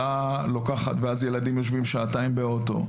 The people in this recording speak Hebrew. ואז הילדים יושבים שעתיים באוטו.